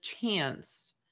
chance